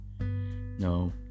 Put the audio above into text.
no